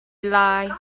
lie